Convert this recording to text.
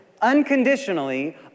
unconditionally